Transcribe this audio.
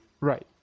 Right